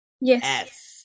yes